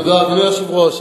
תודה, אדוני היושב-ראש.